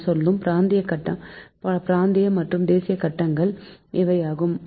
நாம் சொல்லும் பிராந்திய மற்றும் தேசிய கட்டங்கள் இவைதாம்